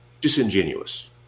disingenuous